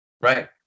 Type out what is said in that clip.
right